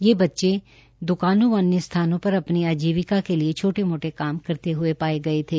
ये बच्चे द्कानों व अन्य स्थानों पर अपनी आजीविका के लिए छोटे मोटे काम करते हुए पाए गए थे